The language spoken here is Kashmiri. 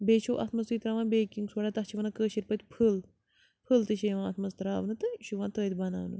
بیٚیہِ چھُو اَتھ منٛز تُہۍ ترٛاوان بیکِنٛگ سوڈا تَتھ چھِ وَنان کٲشِر پٲٹھۍ پھٕل پھٕل تہٕ چھِ یِ وان اَتھ منٛز ترٛاونہٕ تہٕ یہِ چھُ یِوان تٔتھۍ بَناونہٕ